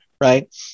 right